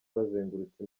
bazengurutse